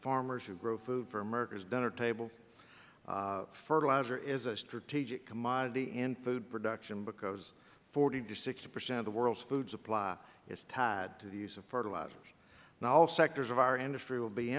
farmers who grow food for america's dinner table fertilizer is a strategic commodity in food production because forty to sixty percent of the world's food supply is tied to the use of fertilizers now all sectors of our industry will be